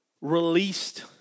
released